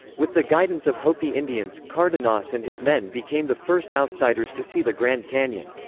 with the guidance of hopi indians, cardenas and his men became the first outsiders to see the grand canyon.